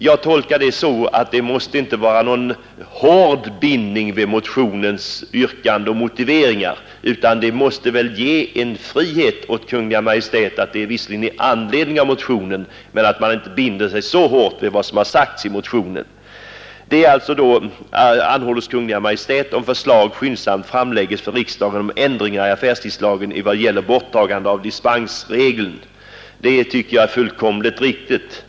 Jag tolkar det så att det inte är någon hård bindning vid motionens yrkanden och motiveringar, utan det måste ge en frihet åt Kungl. Maj:t. Förslaget skall visserligen framläggas ”i anledning av motionen”, men man binder sig inte så hårt vid vad som har sagts i motionen. Att riksdagen, som det heter i yrkandet, ”anhåller hos Kungl. Maj:t att förslag skyndsamt framlägges för riksdagen om ändringar i affärstidslagen i vad gäller borttagande av dispensregeln” tycker jag är fullkomligt riktigt.